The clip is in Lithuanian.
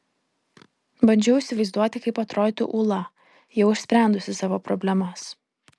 bandžiau įsivaizduoti kaip atrodytų ūla jau išsprendusi savo problemas